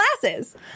Glasses